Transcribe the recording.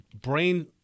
brain